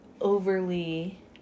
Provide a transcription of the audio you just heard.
overly